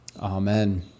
Amen